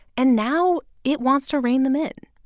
and now it wants to rein them in.